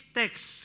text